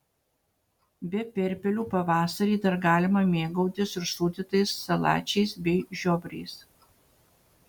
be perpelių pavasarį dar galima mėgautis ir sūdytais salačiais bei žiobriais